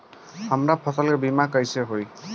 हमरा फसल के बीमा कैसे होई?